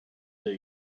that